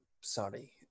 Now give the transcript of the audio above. sorry